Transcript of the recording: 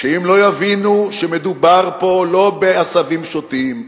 שאם לא יבינו שמדובר פה לא בעשבים שוטים,